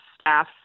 staff